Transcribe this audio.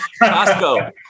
Costco